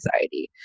anxiety